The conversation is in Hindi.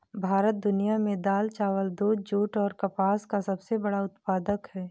भारत दुनिया में दाल, चावल, दूध, जूट और कपास का सबसे बड़ा उत्पादक है